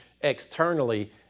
externally